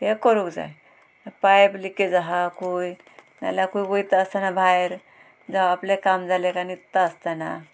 हे करूंक जाय पायप लिकेज आहा खंय नाल्या खंय वयता आसतना भायर जावं आपलें काम जालें काय न्हिदता आसतना